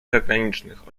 zagranicznych